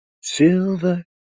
silver